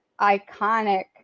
iconic